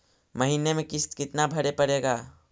महीने में किस्त कितना भरें पड़ेगा?